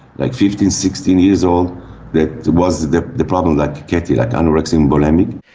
like fifteen, sixteen years old that was the the problem like caty, like anorexia and bulimic.